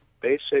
basic